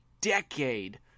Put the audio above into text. decade